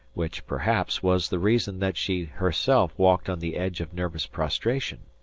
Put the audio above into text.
which, perhaps, was the reason that she herself walked on the edge of nervous prostration.